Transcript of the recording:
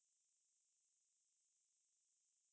orh 裁员 lah